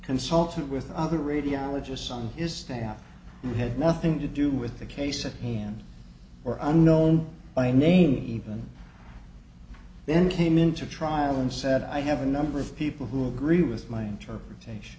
consultant with other radiologists on his staff who had nothing to do with the case at hand or unknown by name even then came into trial and said i have a number of people who agree with my interpretation